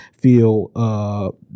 feel